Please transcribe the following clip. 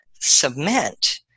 cement